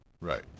right